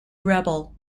rebel